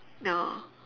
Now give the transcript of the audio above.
ya